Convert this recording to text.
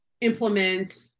implement